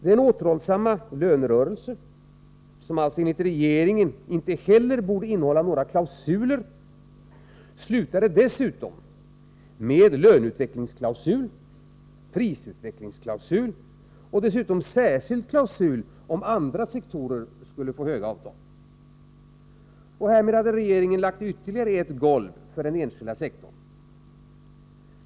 Den återhållsamma lönerörelsen som enligt regeringen inte heller borde innehålla några klausuler slutade vidare med löneutvecklingsklausul, prisutvecklingsklausul och särskild klausul för den händelse andra sektorer skulle få avtal som låg högt. Därmed hade regeringen lagt ytterligare ett golv för den enskilda sektorn.